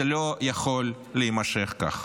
זה לא יכול להימשך כך.